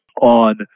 on